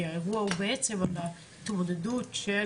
כי האירוע הוא בעצם על ההתמודדות של